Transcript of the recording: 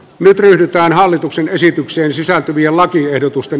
nyt ryhdytään hallituksen esitykseen sisältyvien lakiehdotusten